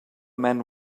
man